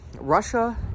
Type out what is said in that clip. Russia